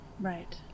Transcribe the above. Right